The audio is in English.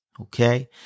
okay